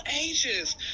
ages